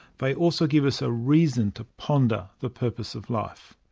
they also give us a reason to ponder the purpose of life.